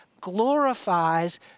glorifies